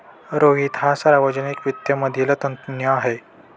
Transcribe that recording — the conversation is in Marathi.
रोहित हा सार्वजनिक वित्त मधील तज्ञ आहे